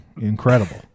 incredible